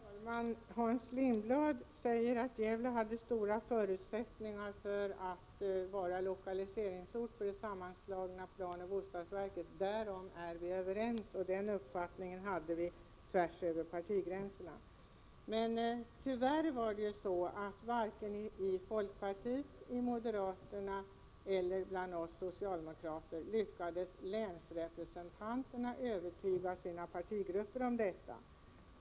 Herr talman! Hans Lindblad säger att Gävle hade stora förutsättningar att bli en bra utlokaliseringsort för det sammanslagna planoch bostadsverket. Därom är vi överens. Den uppfattningen gick tvärs över partigränserna. Tyvärr lyckades varken folkpartisternas, moderaternas eller socialdemokraternas länsrepresentanter övertyga sina partigrupper om detta.